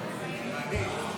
מדהים.